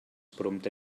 prompte